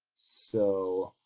so,